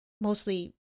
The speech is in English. mostly